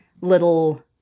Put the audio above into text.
little